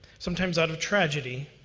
sometimes out of tragedy,